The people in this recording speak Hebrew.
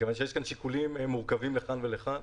כי יש שיקולים מורכבים לכאן ולכאן.